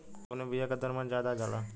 कवने बिया के दर मन ज्यादा जाला?